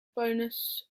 bonus